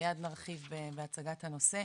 מיד נרחיב בהצגת הנושא.